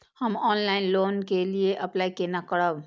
हम online loan के लिए अप्लाई केना करब?